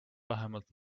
vähemalt